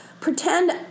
Pretend